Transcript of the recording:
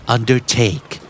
Undertake